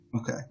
Okay